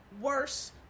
worse